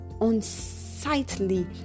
unsightly